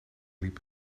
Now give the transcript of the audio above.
liep